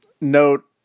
note